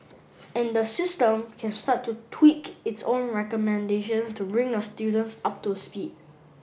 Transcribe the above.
and the system can start to tweak its own recommendations to bring the students up to speed